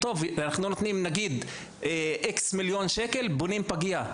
להגיד: אנחנו נותנים X מיליון שקל ובונים פגייה.